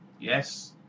yes